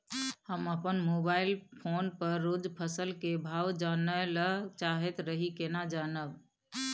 हम अपन mobile phone पर रोज फसल के भाव जानय ल चाहैत रही केना जानब?